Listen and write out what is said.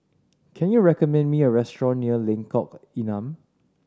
can you recommend me a restaurant near Lengkong Enam